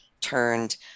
turned